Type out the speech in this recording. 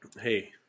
Hey